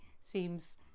seems